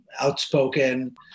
outspoken